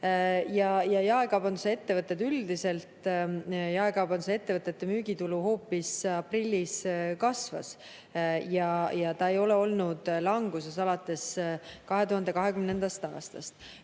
Ja jaekaubandusettevõtted üldiselt, jaekaubandusettevõtete müügitulu hoopis aprillis kasvas ja see ei ole olnud languses alates 2020. aastast.